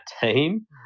team